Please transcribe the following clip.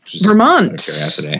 Vermont